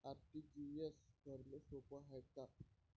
RTGS भरनं सोप हाय का?